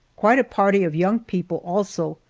quite a party of young people also,